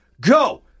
go